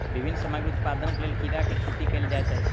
विभिन्न सामग्री उत्पादनक लेल कीड़ा के खेती कयल जाइत अछि